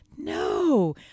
No